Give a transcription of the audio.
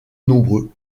nombreux